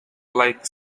like